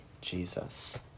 Jesus